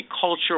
culture